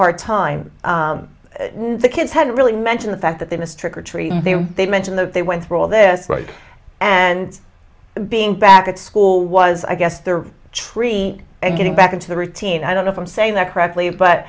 hard time the kids had really mention the fact that they missed trick or treat they they mention that they went through all this right and being back at school was i guess their treat and getting back into the routine i don't know if i'm saying that correctly but